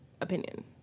opinion